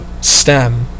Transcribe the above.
stem